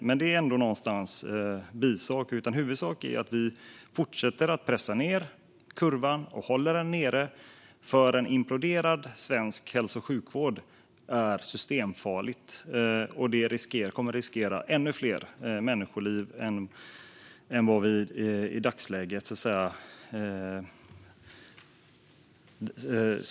Men det är ändå en bisak. Huvudsaken är att vi fortsätter att pressa ned kurvan och håller den nere, för en imploderad svensk hälso och sjukvård är systemfarlig och kommer att riskera ännu fler människoliv än i dagsläget.